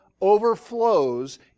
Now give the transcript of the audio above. overflows